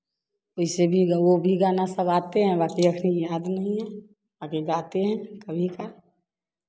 वैसे भी वह भी गाना सब आते हैं बाकि जखनी याद नहीं है बाकि गाते हैं कभी काल